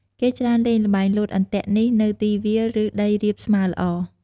គេច្រើនលេងល្បែងលោតអន្ទាក់នេះនៅទីវាល ឬដីរាបស្មើល្អ។